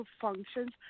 functions